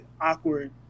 awkward